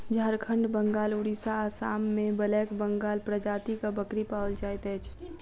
झारखंड, बंगाल, उड़िसा, आसाम मे ब्लैक बंगाल प्रजातिक बकरी पाओल जाइत अछि